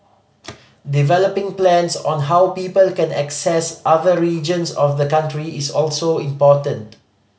developing plans on how people can access other regions of the country is also important